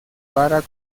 para